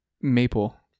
maple